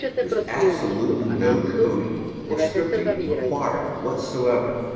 there's absolutely no coding or scripting required whatsoever.